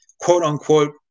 quote-unquote